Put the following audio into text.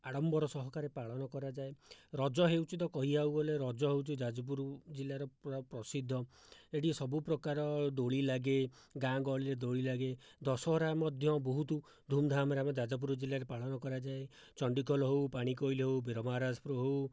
ଆଡ଼ମ୍ବର ସହକାରେ ପାଳନ କରାଯାଏ ରଜ ହେଉଛି ତ କହିବାକୁ ଗଲେ ରଜ ହେଉଛି ଯାଜପୁର ଜିଲ୍ଲାରେ ପୁରା ପ୍ରସିଦ୍ଧ ଏଇଠି ସବୁପ୍ରକାର ଦୋଳି ଲାଗେ ଗାଁ ଗହଳିରେ ଦୋଳି ଲାଗେ ଦଶହରା ମଧ୍ୟ ବହୁତ ଧୁମ୍ଧାମ୍ରେ ଆମ ଯାଜପୁର ଜିଲ୍ଲାରେ ପାଳନ କରାଯାଏ ଚଣ୍ଡୀଖୋଲ ହେଉ ପାଣିକୋଇଲି ହେଉ ବୀରମହାରାଜପୁର ହେଉ